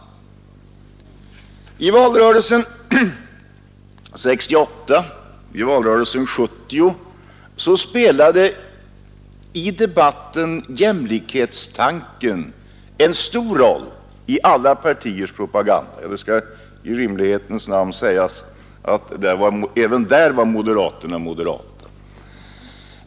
Under valrörelserna 1968 och 1970 spelade jämlikhetstanken en stor roll i alla partiers propaganda — det skall i rimlighetens namn sägas att även där var moderaterna moderata.